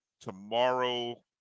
tomorrow